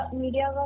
media